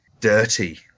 dirty